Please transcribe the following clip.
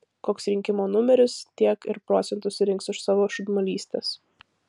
koks rinkimų numeris tiek ir procentų surinks už savo šūdmalystes